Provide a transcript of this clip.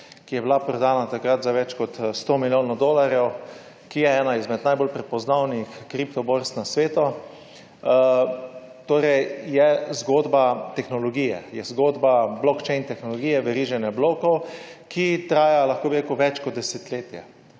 ki je bila takrat prodana za več kot 100 milijonov dolarjev, ki je ena izmed najbolj prepoznavnih kriptoborz na svetu. Torej je zgodba tehnologije, je zgodba blockchain tehnologije, veriženja blokov, ki traja več kot desetletje.